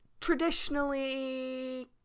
traditionally